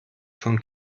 von